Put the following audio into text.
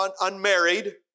unmarried